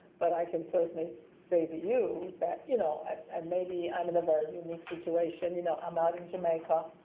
but i can certainly say to you that. you know and maybe i'm in a very unique situation. you know, i'm out in jamaica.